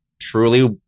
truly